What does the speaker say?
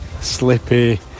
slippy